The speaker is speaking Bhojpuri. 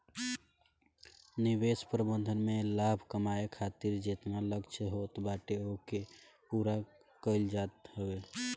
निवेश प्रबंधन में लाभ कमाए खातिर जेतना लक्ष्य होत बाटे ओके पूरा कईल जात हवे